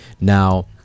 now